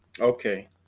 Okay